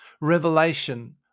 revelation